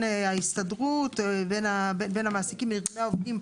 ההסתדרות ובין המעסיקים לארגוני העובדים,